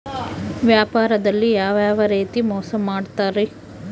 ವ್ಯಾಪಾರದಲ್ಲಿ ಯಾವ್ಯಾವ ರೇತಿ ಮೋಸ ಮಾಡ್ತಾರ್ರಿ?